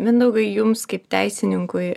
mindaugai jums kaip teisininkui